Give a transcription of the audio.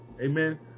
Amen